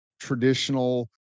traditional